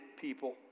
people